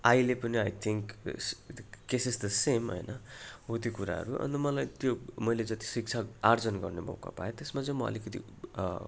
अहिले पनि I think cases त सेम होइन हो त्यो कुराहरू अन्त मलाई त्यो मैले जति शिक्षा आर्जन गर्ने मौका पाएँ त्यसमा चाहिँ म अलिकति